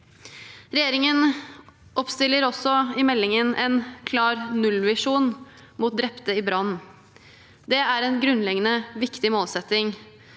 Regjeringen oppstiller også i meldingen en klar nullvisjon mot drepte i brann. Det er en grunnleggende viktig målsetting,